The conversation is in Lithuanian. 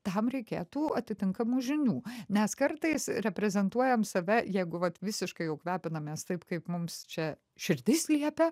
tam reikėtų atitinkamų žinių nes kartais reprezentuojam save jeigu vat visiškai jau kvepinamės taip kaip mums čia širdis liepia